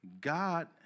God